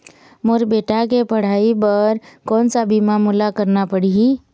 मोर बेटा के पढ़ई बर कोन सा बीमा मोला करना पढ़ही?